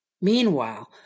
Meanwhile